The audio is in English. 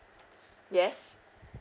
yes